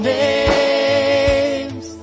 names